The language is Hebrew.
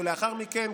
ולאחר מכן,